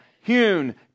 hewn